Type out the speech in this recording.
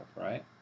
right